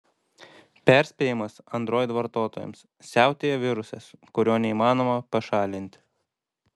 perspėjimas android vartotojams siautėja virusas kurio neįmanoma pašalinti